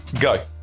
Go